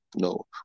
No